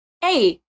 Hey